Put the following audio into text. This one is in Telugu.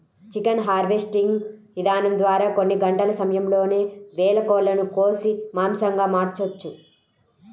చికెన్ హార్వెస్టింగ్ ఇదానం ద్వారా కొన్ని గంటల సమయంలోనే వేల కోళ్ళను కోసి మాంసంగా మార్చొచ్చు